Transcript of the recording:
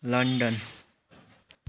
London